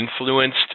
influenced